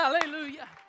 Hallelujah